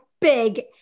big